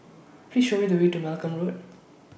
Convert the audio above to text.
Please Show Me The Way to Malcolm Road